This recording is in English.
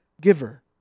giver